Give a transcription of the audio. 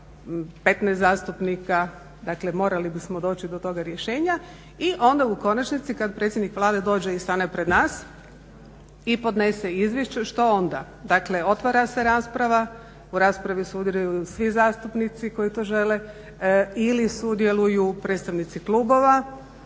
15 zastupnika, dakle morali bismo doći do toga rješenja. I onda u konačnici kad predsjednik Vlade dođe i stane pred nas i podnese izvješće što onda, dakle otvara se rasprava, u raspravi sudjeluju svi zastupnici koji to žele ili sudjeluju predstavnici klubova.